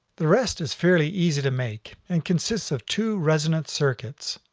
the rest is fairly easy to make and consists of two resonant circuits.